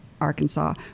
Arkansas